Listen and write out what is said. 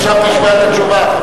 עכשיו תשמע את התשובה.